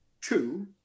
two